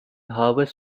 harvest